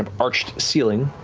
um arched ceiling.